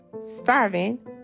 starving